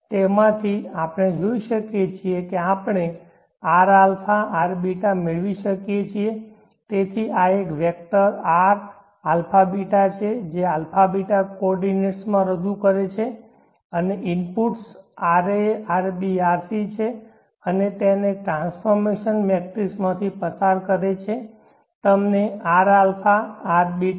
તેથી આમાંથી આપણે જોઈએ છીએ કે આપણે rα rβ મેળવી શકીએ છીએ તેથી આ તે વેક્ટર Rαβ છે જે α β કોઓર્ડિનેટ્સમાં રજૂ કરે છે અને ઇનપુટ્સ ra rb rc છે અને તેને આ ટ્રાન્સફોર્મેશન મેટ્રિક્સમાં પસાર કરે છે તમને rα rβ